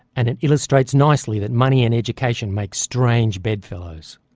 and it illustrates nicely that money and education make strange bedfellows.